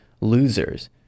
losers